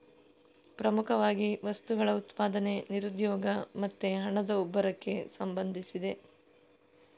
ಪ್ರಮುಖವಾಗಿ ವಸ್ತುಗಳ ಉತ್ಪಾದನೆ, ನಿರುದ್ಯೋಗ ಮತ್ತೆ ಹಣದ ಉಬ್ಬರಕ್ಕೆ ಸಂಬಂಧಿಸಿದೆ